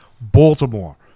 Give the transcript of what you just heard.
Baltimore